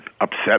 upset